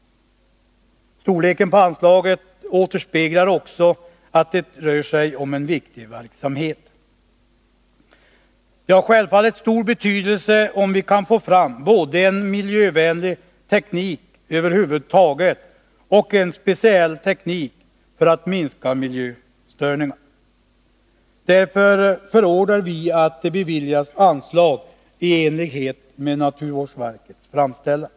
Storleken på anslaget återspeglar också att det rör sig om en 25 mars 1982 viktig verksamhet. Det har självfallet stor betydelse om vi kan få fram både en miljövänlig teknik över huvud taget och en speciell teknik för att minska Anslag inom jord miljöstörningar. Därför förordar vi att det beviljas anslag i enlighet med bruksdepartemennaturvårdsverkets framställan.